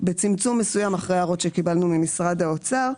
בצמצום מסוים אחרי ההערות שקיבלנו ממשרד האוצר.